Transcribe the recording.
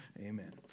Amen